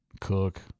cook